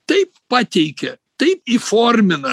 taip pateikia taip įformina